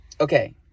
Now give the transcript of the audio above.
okay